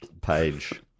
page